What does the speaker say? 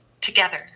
together